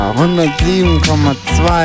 107,2